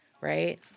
Right